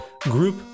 group